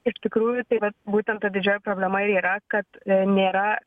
iš tikrųjų tai va būtent ta didžioji problema yra kad nėra